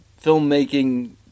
filmmaking